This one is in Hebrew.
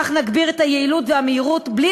כך נגביר את היעילות ואת המהירות בלי